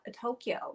Tokyo